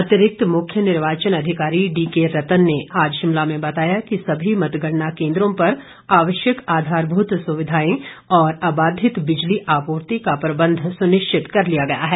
अतिरिक्त मुख्य निर्वाचन अधिकारी डीके रतन ने आज शिमला में बताया कि सभी मतगणना केन्द्रों पर आवश्यक आधारभूत सुविधाएं और आबाधित बिजली आपूर्ति का प्रबंध सुनिश्चित कर लिया गया है